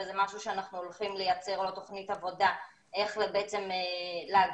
וזה משהו שאנחנו הולכים לייצר לו תוכנית עבודה איך בעצם להגביר